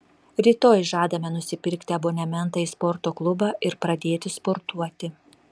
rytoj žadame nusipirkti abonementą į sporto klubą ir pradėti sportuoti